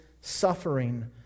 suffering